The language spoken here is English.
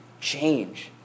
change